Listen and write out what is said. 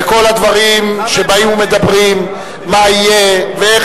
וכל הדברים שבאים ומדברים: מה יהיה ואיך